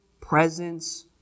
presence